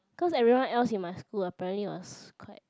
cause everyone else in my school apparently was quite